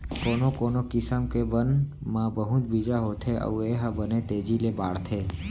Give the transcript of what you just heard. कोनो कोनो किसम के बन म बहुत बीजा होथे अउ ए ह बने तेजी ले बाढ़थे